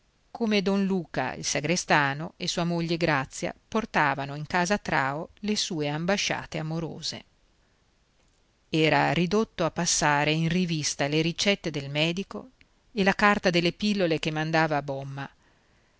come don luca il sagrestano e sua moglie grazia portavano in casa trao le sue imbasciate amorose era ridotto a passare in rivista le ricette del medico e la carta delle pillole che mandava bomma